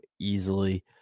easily